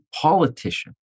politician